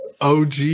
OG